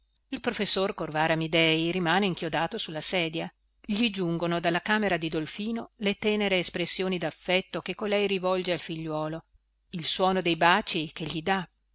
il professor corvara amidei rimane inchiodato sulla sedia gli giungono dalla camera di dolfino le tenere espressioni daffetto che colei rivolge al figliuolo il suono dei baci che gli dà